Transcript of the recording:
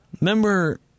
Remember